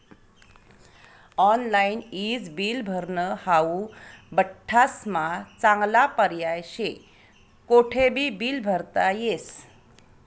online ईज bill भरनं हाऊ बठ्ठास्मा चांगला पर्याय शे, कोठेबी बील भरता येस